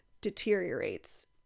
deteriorates